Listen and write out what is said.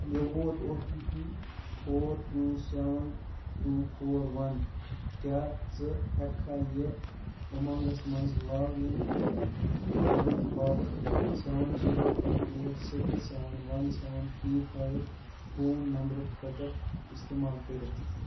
مےٚ ووت O T P four two seven two four one کیٛاہ ژٕ ہٮ۪ککھا یہِ اُمنٛگَس منٛز لاگ اِن کرنہٕ باپَتھ seven zero two eight six seven one seven three five phone number خٲطرٕ استعمال کٔرِتھ